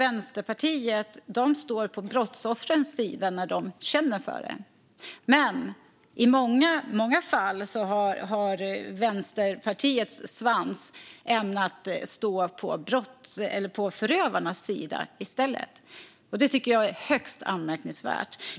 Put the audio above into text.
Vänsterpartiet står på brottsoffrens sida när man känner för det, men i många fall har Vänsterpartiets svans ämnat stå på förövarnas sida i stället. Det tycker jag är högst anmärkningsvärt.